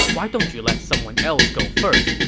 why don't you let someone else go first,